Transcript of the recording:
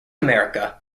america